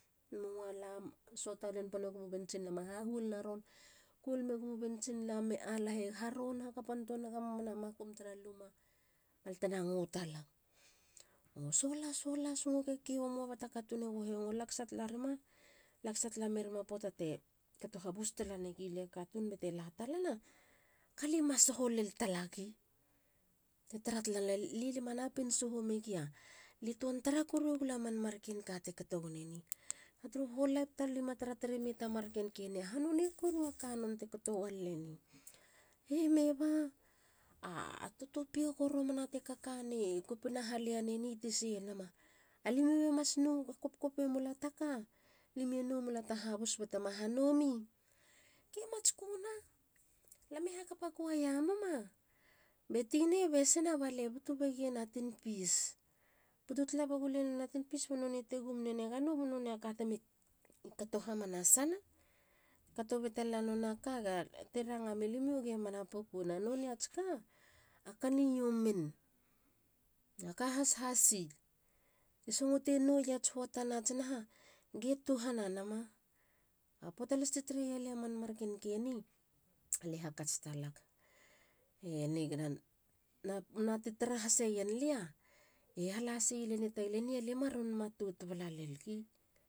Mua lam. suata len pone gumu bentsin lamp a hahuolina ron. koul megumu bentsin lamp mi alaha harou haka pantua nega luma. balte ngu talag. O solas. solas. solas. nguge kio. muaba ta katun te go hengo. lakasa talarima. lakasa tala merima puata te kato habus tala negilia katun bete latalana. galia ma soho lel talagi. te tara tala le. lia lie manapin. soho megia lie tuan tara korue gula man mar ken ka te kato wane ni. Ba turu whole laip tar lima ron tarataremei ta mar ken keni a hanonei koru te kato walale ni? Eeh meba. a tutupioko romana te kakane kopina. haliane ni tese nama. Alimio be mas nou kopkope mula taka? Limio nowe mula ta habus. batema hannou mi? Ke matskuna. lame hakapa choir muma batena besina. balie butu be gien a tinpis. butu tala begulen nonei a tinpis banonei te gum nene ga nou. ba nonei aka temi kato hamanasana. te kato be talelala noha ka ga te ranga mia limio ge mana pukuna. none ats ka. a kani youmin. a ka hashasi. ti songote nou yats puata nats ha? Ge tuhana nama. A puata las ti tareya lia man marken keni! Ale hakats talag. e nigana na te tara haseyen lia. ge hala haseyi lia nitagala. eni alie maron matot bala lel gi.